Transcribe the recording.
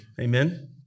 amen